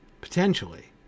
potentially